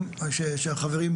שה דרך שלך להיכנס